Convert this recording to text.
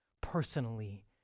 personally